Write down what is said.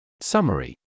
Summary